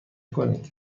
کنید